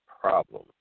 problem